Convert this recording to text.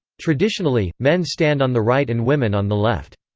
traditionally, men stand on the right and women on the left.